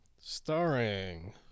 starring